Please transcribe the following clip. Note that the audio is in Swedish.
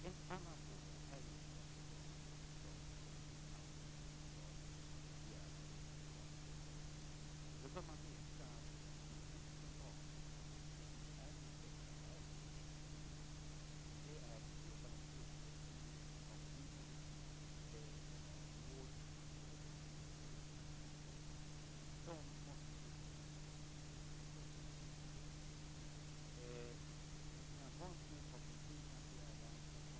Insatserna har stor betydelse även fortsättningsvis.